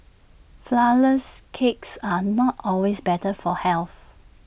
Flourless Cakes are not always better for health